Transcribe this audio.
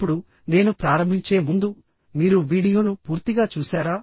ఇప్పుడు నేను ప్రారంభించే ముందు మీరు వీడియోను పూర్తిగా చూశారా